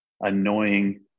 annoying